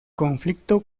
conflicto